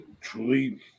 truly